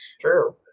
True